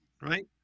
Right